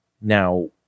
Now